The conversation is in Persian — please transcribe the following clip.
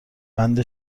بند